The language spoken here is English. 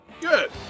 Good